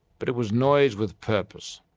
but it was noise with purpose.